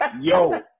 Yo